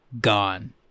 gone